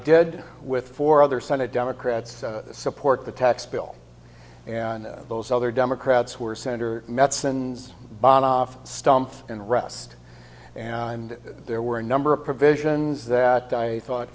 did with four other senate democrats support the tax bill and those other democrats were senator medicines bought off stump and rest and there were a number of provisions that i thought